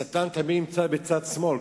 השטן תמיד נמצא בצד שמאל,